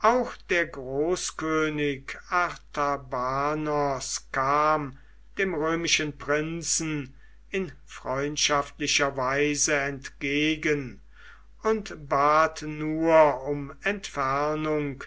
auch der großkönig artabanos kam dem römischen prinzen in freundschaftlicher weise entgegen und bat nur um entfernung